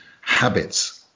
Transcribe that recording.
habits